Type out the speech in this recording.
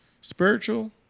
spiritual